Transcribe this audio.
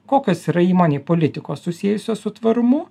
kokios yra įmonėj politikos susiejusios su tvarumu